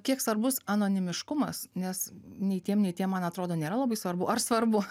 kiek svarbus anonimiškumas nes nei tiem nei tiem man atrodo nėra labai svarbu ar svarbu